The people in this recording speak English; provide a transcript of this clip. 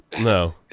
No